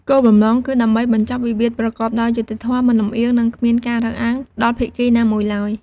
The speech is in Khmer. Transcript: គោលបំណងគឺដើម្បី បញ្ចប់វិវាទប្រកបដោយយុត្តិធម៌ មិនលម្អៀង និងគ្មានការរើសអើង ដល់ភាគីណាមួយឡើយ។